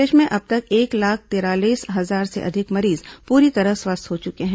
प्रदेश में अब तक एक लाख तिरालीस हजार से अधिक मरीज पूरी तरह स्वस्थ हो चुके हैं